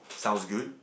sounds good